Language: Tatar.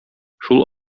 шул